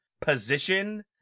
position